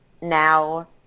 now